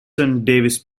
parish